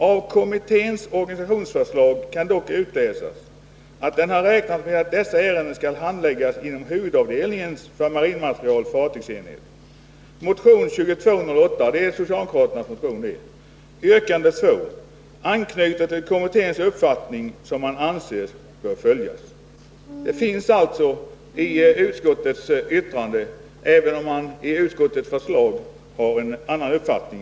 Av kommitténs organisationsförslag kan dock utläsas att den har räknat med att dessa ärenden skall handläggas inom huvudavdelningens för marinmateriel fartygsenhet. Motion 2208” — det är socialdemokraternas motion —” anknyter till kommitténs uppfattning som man anser bör följas.” Organisationskommitténs förslag finns alltså med i utskottets yttrande, även om man i hemställan har en annan uppfattning.